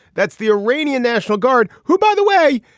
that's the iranian national guard who, by the way,